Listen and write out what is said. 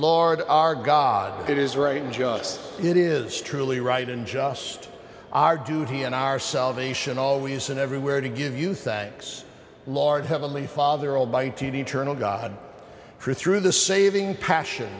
lord our god it is right just it is truly right in just our duty in our salvation always and everywhere to give you thanks lord heavenly father all by t v eternal god chris through the saving passion